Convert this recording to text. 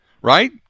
Right